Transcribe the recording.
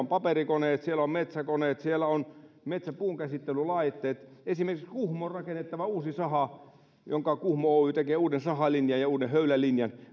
ovat paperikoneet siellä ovat metsäkoneet siellä ovat puunkäsittelylaitteet esimerkiksi kuhmoon rakennettavan uuden sahan jonka kuhmo oy tekee uuden sahalinjan ja uuden höylälinjan